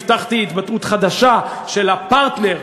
הבטחתי התבטאות חדשה של הפרטנר,